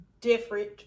different